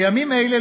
בימים אלה,